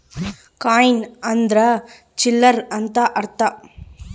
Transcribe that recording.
coin ಅಂದ್ರ ಚಿಲ್ಲರ್ ಅಂತ ಅಂತಾರ